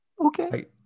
Okay